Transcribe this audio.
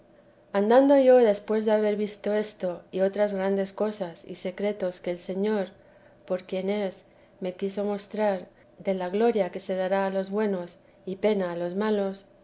andando yo después de haber visto esto y otras grandes cosas y secretos que el señor por quien es me quiso mostrar de la gloria que se dará a los bueno pena a los malos